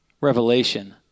revelation